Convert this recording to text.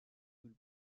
with